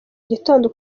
gitondo